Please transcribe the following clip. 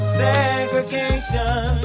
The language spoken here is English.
segregation